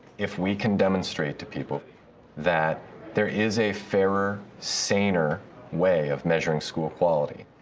if we can demonstrate to people that there is a fairer, saner way of measuring school quality,